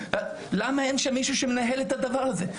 למה אין מישהו שמנהל את הדבר הזה?